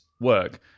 work